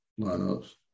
lineups